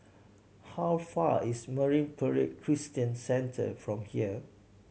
how far is Marine Parade Christian Centre from here